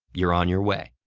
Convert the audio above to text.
you're on your way!